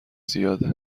زیاده